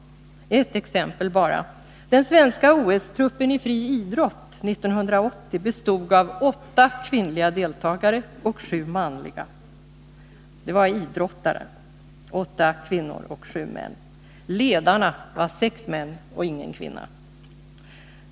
Ett exempel bara: Den svenska OS-truppen i friidrott 1980 bestod av åtta kvinnliga idrottare och sju manliga. Ledarna var sex män och ingen kvinna.